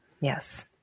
Yes